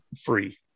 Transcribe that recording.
free